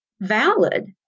valid